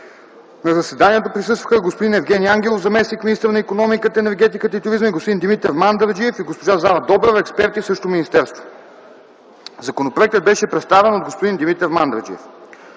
На заседанието присъстваха: господин Евгени Ангелов – заместник-министър на икономиката, енергетиката и туризма, господин Димитър Мандражиев и госпожа Зара Добрева – експерти в същото министерство. Законопроектът беше представен от господин Димитър Мандражиев.